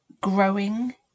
growing